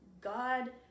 God